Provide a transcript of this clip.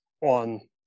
on